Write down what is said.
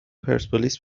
پرسپولیس